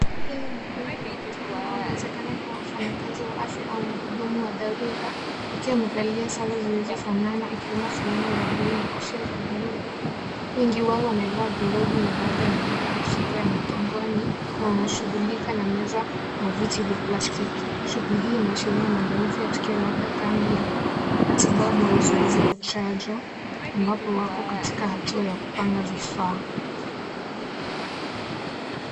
Hili ni kundi la watu wanaowezekana kuwa wafanyakazi wa afya au wahudumu wa dharura wakiwa wamevalia sare zilizofanana ikiwemo fulana za buluu na kofia za buluu. Wengi wao wameva glovu na baadhi wamebeba mifuko ya mgongoni na wanashughulika na meza na viti vya plastiki. Shughuli hii inaashiria maandalizi ya tukio la bda kambi la matibabu au zoezi la chanjo ambapo wako katika hatua ya kupanga vifaa.